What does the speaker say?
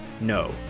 No